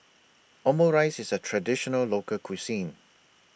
Omurice IS A Traditional Local Cuisine